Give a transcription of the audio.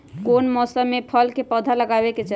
कौन मौसम में फल के पौधा लगाबे के चाहि?